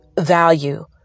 value